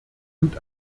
und